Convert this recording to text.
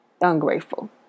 ungrateful